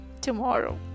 tomorrow